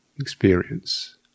experience